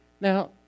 Now